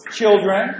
children